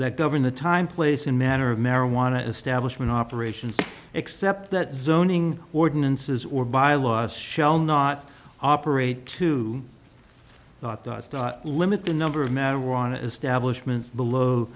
that govern the time place and manner of marijuana establishment operations except that zoning ordinances or bylaws shall not operate to limit the number of marijuana establishment below